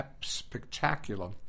spectacular